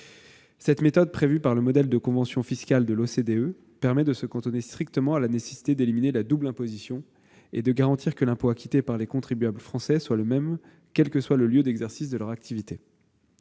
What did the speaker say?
Cette méthode prévue par le modèle de convention fiscale de l'OCDE permet de se cantonner strictement à la nécessité d'éliminer la double imposition, et de garantir que l'impôt acquitté par les contribuables français est le même, quel que soit le lieu d'exercice de leur activité.